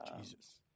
Jesus